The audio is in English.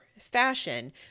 fashion